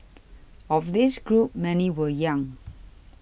of this group many were young